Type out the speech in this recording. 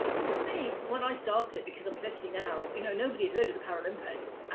well for me, when i started because i'm fifty now, you know nobody had heard of the paralympics.